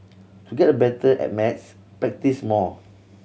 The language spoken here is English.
to get better at maths practise more